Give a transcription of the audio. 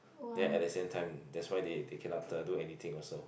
then at the same time that's why they they cannot uh do anything also